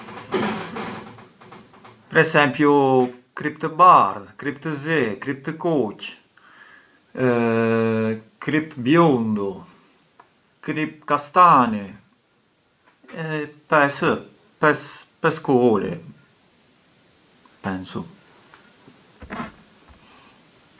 Per esempiu kript të bardh, kripë të zi, kripë të kuqë, kript biundu, kript castani, pes? Pes kulure jan, pensu.